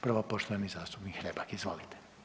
Prvo poštovani zastupnik Hrebak, izvolite.